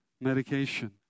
medication